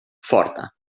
forta